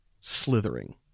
slithering